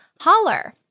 Holler